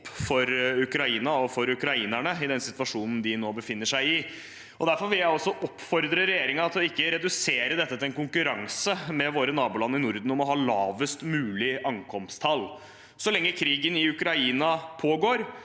for Ukraina og for ukrainerne i den situasjonen de nå befinner seg. Derfor vil jeg også oppfordre regjeringen til ikke å redusere dette til en konkurranse med våre naboland i Norden om å ha lavest mulige ankomsttall. Så lenge krigen i Ukraina pågår,